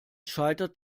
scheitert